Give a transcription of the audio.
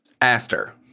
Aster